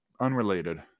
unrelated